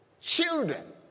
children